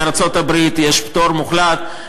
מארצות-הברית יש פטור מוחלט,